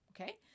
okay